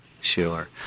Sure